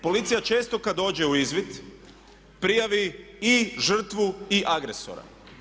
Policija često kada dođe u izvid prijavi i žrtvu i agresora.